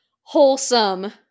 wholesome